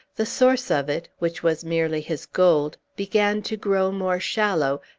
the source of it which was merely his gold began to grow more shallow,